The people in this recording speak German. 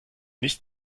nicht